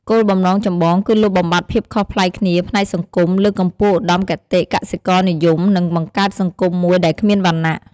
គោលបំណងចម្បងគឺលុបបំបាត់ភាពខុសប្លែកគ្នាផ្នែកសង្គម លើកកម្ពស់ឧត្តមគតិកសិករនិយម និងបង្កើតសង្គមមួយដែលគ្មានវណ្ណៈ។